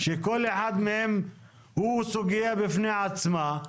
שכל אחד מהם הוא סוגיה בפני עצמה,